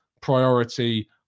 priority